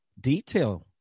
detail